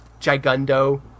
gigundo